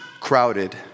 crowded